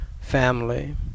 family